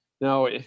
Now